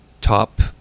top